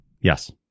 Yes